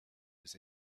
was